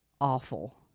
awful